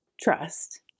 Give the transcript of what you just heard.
trust